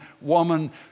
woman